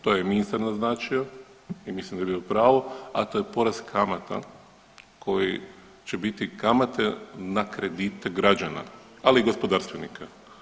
To je ministar naznačio i mislim da je bio u pravu, a to je porast kamata koji će biti kamate na kredite građana ali i gospodarstvenika.